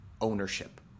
ownership